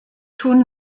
tun